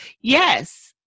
yes